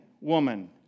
woman